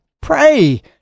pray